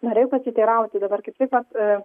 norėjau pasiteirauti dabar kaip tik vat